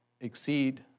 exceed